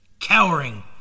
Cowering